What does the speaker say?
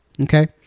Okay